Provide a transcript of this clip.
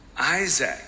Isaac